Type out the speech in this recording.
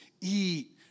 eat